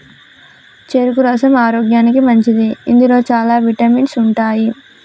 చెరుకు రసం ఆరోగ్యానికి మంచిది ఇందులో చాల విటమిన్స్ ఉంటాయి